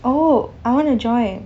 oh I want to join